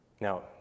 Now